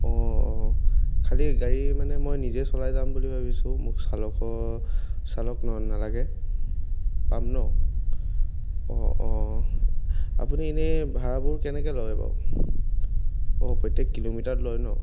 অঁ অঁ খালী গাড়ী মানে মই নিজেই চলাই যাম বুলি ভাবিছোঁ মোক চালকৰ চালপক নালাগে পাম ন অঁ অঁ আপুনি এনেই ভাড়াবোৰ কেনেকৈ লয় বাৰু অঁ প্ৰত্যেক কিলোমিটাৰত লয় ন